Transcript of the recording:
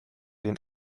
den